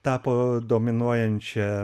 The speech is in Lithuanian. tapo dominuojančia